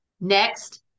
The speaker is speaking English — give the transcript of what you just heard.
next